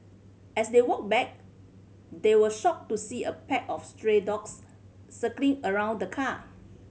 as they walked back they were shocked to see a pack of stray dogs circling around the car